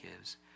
gives